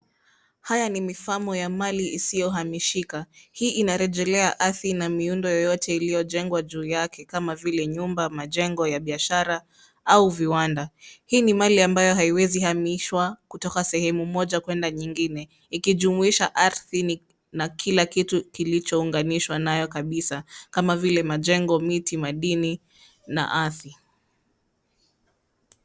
Haya ni mifamo ya mali isiyohamishika. Hii inarejelea ardhi na miundo yoyote iliyojengwa juu yake kama vile: nyumba, majengo ya biashara au viwanda. Hii ni mali ambayo haiwezi hamishwa kutoka sehemu moja kuenda nyingine, ikijumuisha ardhi na kila kitu kilichounganishwa nayo kabisa, kama vile majengo, miti, madini na ardhi.